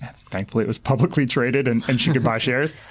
thankfully it was publicly traded and and she could buy shares.